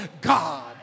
God